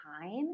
time